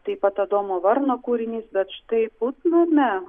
tai pat adomo varno kūrinys bet štai putname